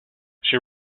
she